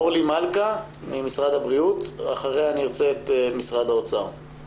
אורלי מלכה ממשרד הבריאות ואחריה משרד האוצר.